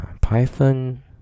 python